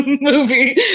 movie